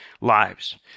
lives